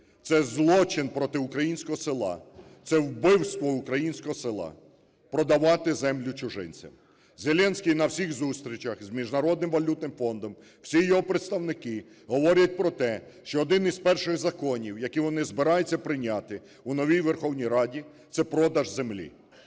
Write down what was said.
це злочин проти українського села, це вбивство українського села - продавати землю чужинцям. Зеленський на всіх зустрічах з Міжнародним валютним фондом, всі його представники говорять про те, що один із перших законів, які вони збираються прийняти у новій Верховній Раді, – це продаж землі.